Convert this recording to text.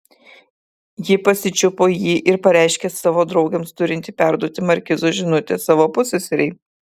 ji pasičiupo jį ir pareiškė savo draugėms turinti perduoti markizo žinutę savo pusseserei